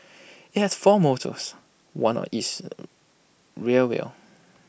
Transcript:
IT has four motors one of each rear wheel